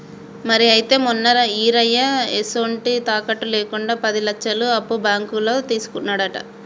మరి అయితే మొన్న ఈరయ్య ఎసొంటి తాకట్టు లేకుండా పది లచ్చలు అప్పు బాంకులో తీసుకున్నాడట